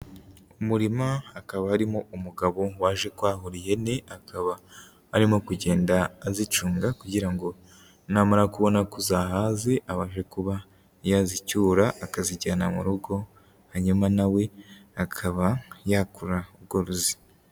Umurima hakaba harimo umugabo waje kwahura ihene, akaba arimo kugenda azicunga kugira ngo, namara kubona ko zahaze abashe kuba yazicyura akazijyana mu rugo, hanyuma na we akaba yakora ubworozi.